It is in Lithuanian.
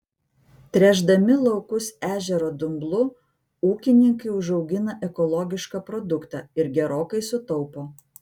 tręšdami laukus ežero dumblu ūkininkai užaugina ekologišką produktą ir gerokai sutaupo